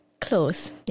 Close